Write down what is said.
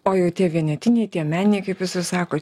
o jau tie vienetiniai tie meniniai kaip jūs ir sakot